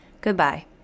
Goodbye